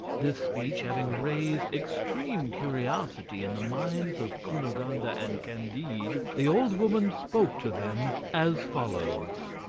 this speech having raised extreme curiosity in the minds of cunegonde and and candide, the old woman spoke to them as follows.